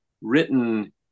written